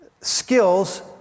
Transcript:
skills